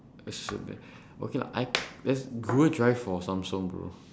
okay lah I there's google drive for samsung bro